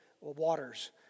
waters